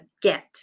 get